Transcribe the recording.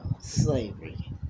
slavery